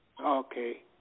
okay